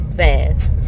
fast